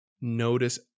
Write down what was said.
notice